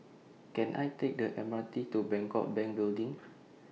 Can I Take The M R T to Bangkok Bank Building